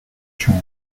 chung